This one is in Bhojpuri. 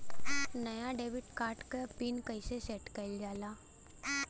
नया डेबिट कार्ड क पिन कईसे सेट कईल जाला?